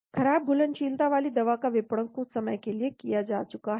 खराब घुलनशीलता वाली दवा का विपणन कुछ समय के लिए किया जा चुका है